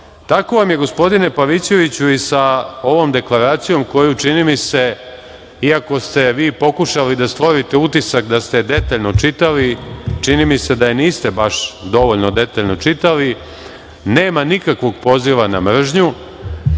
vam je gospodine Pavićeviću i sa ovom deklaracijom koju, čini mi se, iako ste vi pokušali da stvorite utisak da ste je detaljno čitali, čini mi se da je niste baš dovoljno detaljno čitali. Nema nikakvog poziva na mržnju,